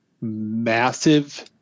massive